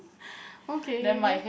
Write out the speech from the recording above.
okay